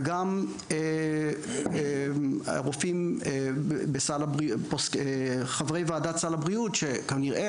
וגם רופאים חברי וועדת סל הבריאות שכנראה,